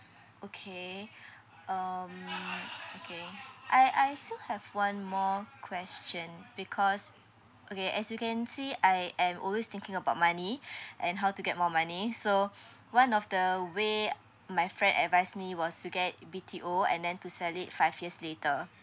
okay um okay I I still have one more question because okay as you can see I am always thinking about money and how to get more money so one of the way my friend advise me was to get B_T_O and then to sell it five years later